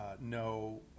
no